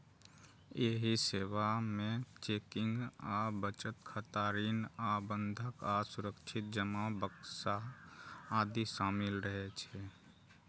एहि सेवा मे चेकिंग आ बचत खाता, ऋण आ बंधक आ सुरक्षित जमा बक्सा आदि शामिल रहै छै